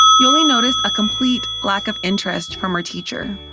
yoli noticed a complete lack of interest from her teacher.